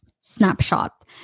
snapshot